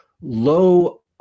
low